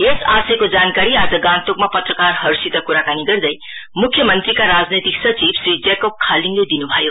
यस आशयको जानकारी आज गान्तोकमा आज पत्रकारहरूसित क्राकानी गर्दै मुख्यमन्त्रीका राजनैतिक सचिव श्री जेकोब खालिङले दिन् भयो